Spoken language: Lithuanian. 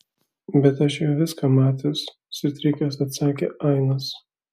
bet aš jau viską matęs sutrikęs atsakė ainas